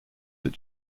that